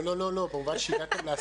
לא, לא, כמובן שהגעתם להסכמה.